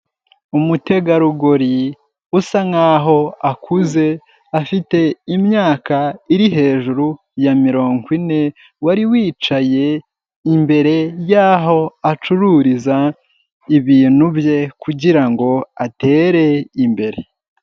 Umutegarugori usa nkaho akuze, afite imyaka iri hejuru ya mirongo ine wari wicaye imbere yaho acururiza ibintu bye kugira ngo atere imbere.